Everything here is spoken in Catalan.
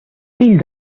fill